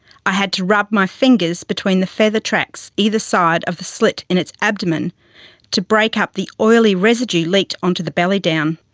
i had to rub my fingers between the feather tracts either side of the slit in its abdomen to break up the oily residue leaked onto the belly down.